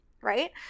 right